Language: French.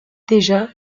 déjà